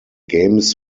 games